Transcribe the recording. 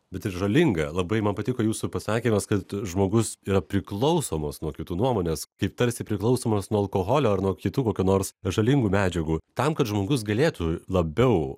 bet ir žalinga labai man patiko jūsų pasakymas kad žmogus yra priklausomas nuo kitų nuomonės kaip tarsi priklausomas nuo alkoholio ar nuo kitų kokių nors žalingų medžiagų tam kad žmogus galėtų labiau